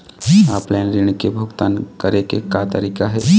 Offline ऋण के भुगतान करे के का तरीका हे?